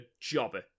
jobber